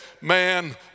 man